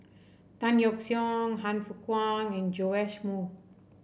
Tan Yeok Seong Han Fook Kwang and Joash Moo